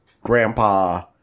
grandpa